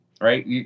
right